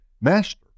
Master